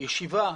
בישיבה,